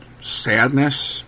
sadness